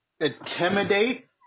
intimidate